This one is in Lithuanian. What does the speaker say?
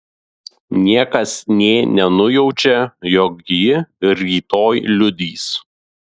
niekas nė nenujaučia jog ji rytoj liudys